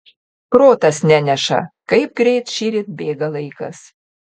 protas neneša kaip greit šįryt bėga laikas